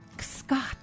Scott